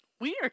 Weird